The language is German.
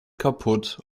kaputt